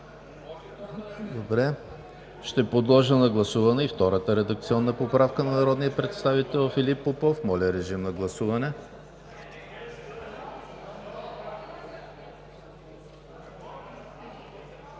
Добре. Ще подложа на гласуване и втората редакционна поправка на народния представител Филип Попов. Гласували